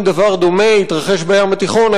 אם דבר דומה יתרחש בים התיכון,